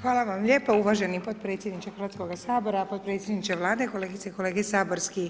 Hvala vam lijepa uvaženi potpredsjedniče Hrvatskoga sabora, podpredsjedniče Vlade, kolegice i kolege saborski